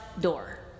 door